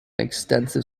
extensive